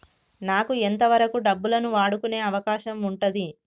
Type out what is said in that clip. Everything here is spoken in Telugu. నాకు ఎంత వరకు డబ్బులను వాడుకునే అవకాశం ఉంటది?